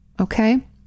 Okay